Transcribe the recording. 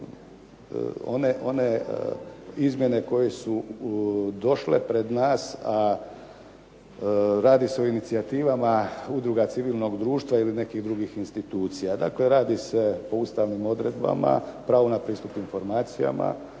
one izmjene koje su došle pred nas, a radi se o inicijativama udruga civilnog društva ili nekih drugih institucija. Dakle, radi se o Ustavnim odredbama, pravo na pristup informacijama,